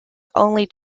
only